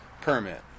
permit